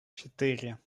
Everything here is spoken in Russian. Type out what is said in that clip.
четыре